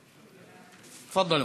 תפאדלו.